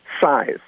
size